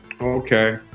Okay